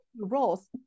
roles